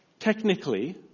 Technically